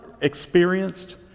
experienced